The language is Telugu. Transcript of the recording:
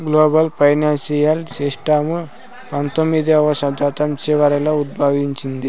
గ్లోబల్ ఫైనాన్సియల్ సిస్టము పంతొమ్మిదవ శతాబ్దం చివరలో ఉద్భవించింది